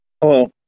Hello